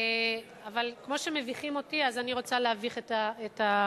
אבל כמו שמביכים אותי אני רוצה להביך את הממשלה.